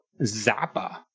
Zappa